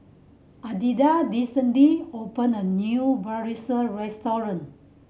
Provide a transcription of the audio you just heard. Alida recently opened a new Bratwurst Restaurant